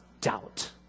doubt